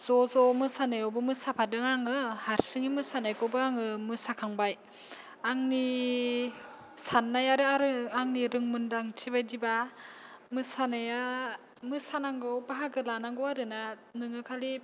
ज' ज' मोसानायावाबो मोसाफादों आङो हारसिङै मोसानायखौबो आङो मोसाखांबाय आंनि साननाय आरो आरो आंनि रोंमोनदांथि बायदिबा मोसानाया मोसानांगौ बाहागो लानांगौ आरोना नोङो खालि